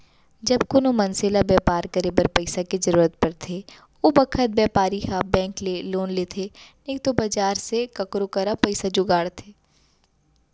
जब कोनों मनसे ल बैपार करे बर पइसा के जरूरत परथे ओ बखत बैपारी ह बेंक ले लोन लेथे नइतो बजार से काकरो करा पइसा जुगाड़थे